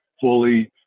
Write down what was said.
fully